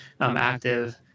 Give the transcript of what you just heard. active